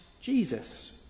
Jesus